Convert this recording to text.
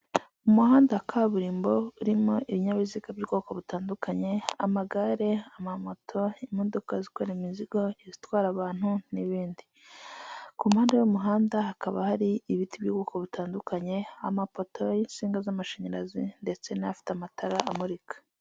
Umuhanda wa kaburimbo urimo ibinyabiziga by'ubwoko butandukanye, amagare, amamoto, imodoka zikorera imizigo, izitwara abantu n'ibindi, ku mpande y'umuhanda hakaba hari ibiti by'ubwoko butandukanye, amapoto y'insinga z'amashanyarazi ndetse n'ayafite amatara amurika.